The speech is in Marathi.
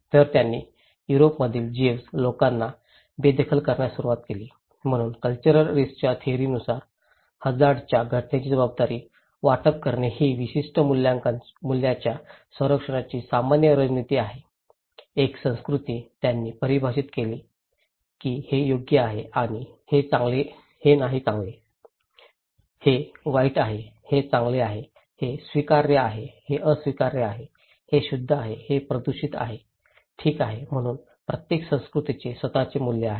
तर त्यांनी युरोपमधील जेव्हस लोकांना बेदखल करण्यास सुरवात केली म्हणून कॅल्चरल रिस्कच्या थेअरीनुसार हझार्डच्या घटनेची जबाबदारी वाटप करणे ही विशिष्ट मूल्यांच्या संरक्षणाची सामान्य रणनीती आहे एक संस्कृती त्यांनी परिभाषित केले की हे योग्य आहे आणि हे नाही चांगले हे वाईट आहे हे चांगले आहे हे स्वीकार्य आहे हे अस्वीकार्य आहे हे शुद्ध आहे हे प्रदूषित ठीक आहे म्हणून प्रत्येक संस्कृतीचे स्वतःचे मूल्य आहे